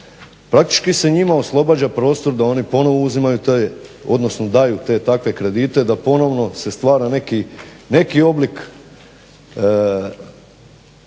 praktički se njima oslobađa prostor da oni ponovo uzimaju te, odnosno daju te takve kredite da ponovno se stvara neki oblik